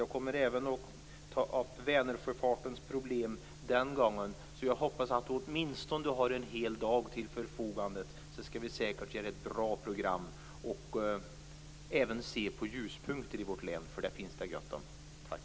Jag kommer även att ta upp Vänersjöfartens problem den gången, så jag hoppas att näringsministern åtminstone har en hel dag till förfogande. Vi skall säkert ge honom ett bra program och även se på ljuspunkter i vårt län, för det finns det gott om.